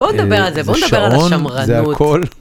בואו נדבר על זה, בואו נדבר על השמרנות.